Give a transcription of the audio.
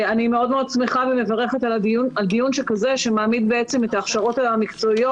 אני מאוד שמחה ומברכת על דיון שכזה שמעמיד את ההכשרות המקצועיות.